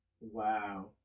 Wow